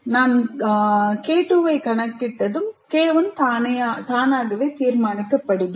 நான் K2 ஐ கணக்கிட்டதும் K1 தானாகவே தீர்மானிக்கப்படுகிறது